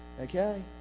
Okay